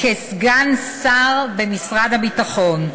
כסגן שר במשרד הביטחון.